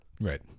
right